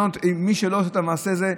מי שלא עושה את המעשה הזה,